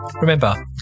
Remember